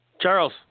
Charles